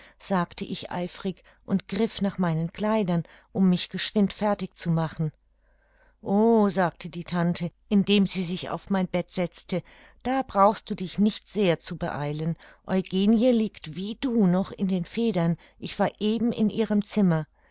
sagte ich eifrig und griff nach meinen kleidern um mich geschwind fertig zu machen o sagte die tante indem sie sich auf mein bett setzte da brauchst du dich nicht sehr zu beeilen eugenie liegt wie du noch in den federn ich war eben in ihrem zimmer